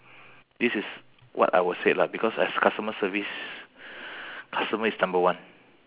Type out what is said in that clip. this is what I will say lah because as customer service customer is number one